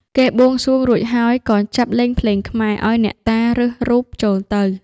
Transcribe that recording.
គេបូងសួងរួចហើយ ក៏ចាប់លេងភ្លេងខ្មែរ ឲ្យអ្នកតារើសរូបចូលទៅ ។